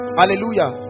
hallelujah